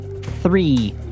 three